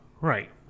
Right